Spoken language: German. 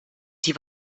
sie